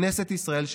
כנסת ישראל,